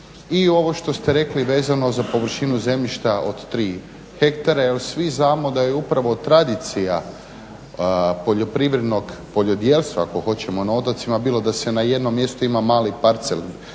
i ovo što ste rekli vezano za površinu zemljišta od 3 hektara, evo svi znamo da je upravo tradicija poljoprivrednog poljodjelstva ako hoćemo na otocima bilo da se na jednom mjestu ima mali parcela